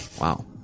Wow